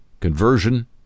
conversion